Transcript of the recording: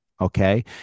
okay